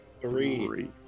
Three